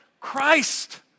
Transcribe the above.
Christ